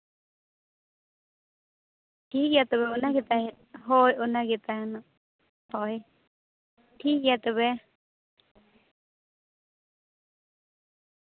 ᱴᱷᱤᱠᱜᱮᱭᱟ ᱛᱚᱵᱮ ᱚᱱᱟ ᱜᱮ ᱛᱟᱦᱮᱸᱫ ᱦᱳᱭ ᱚᱱᱟ ᱜᱮ ᱛᱟᱦᱮᱱᱚᱜ ᱦᱳᱭ ᱴᱷᱤᱠᱜᱮᱭᱟ ᱛᱚᱵᱮ